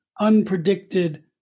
unpredicted